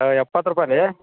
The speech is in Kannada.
ಎಪ್ಪತ್ತು ರೂಪಾಯಿ ರೀ